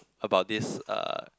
about this uh